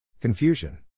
Confusion